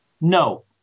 No